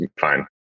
fine